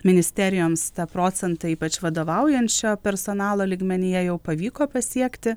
ministerijoms tą procentą ypač vadovaujančio personalo lygmenyje jau pavyko pasiekti